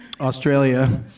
Australia